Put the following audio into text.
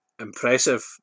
impressive